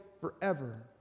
forever